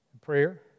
prayer